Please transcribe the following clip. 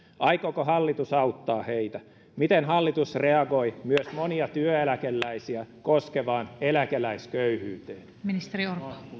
aikooko hallitus auttaa heitä miten hallitus reagoi myös monia työeläkeläisiä koskevaan eläkeläisköyhyyteen